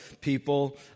people